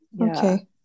okay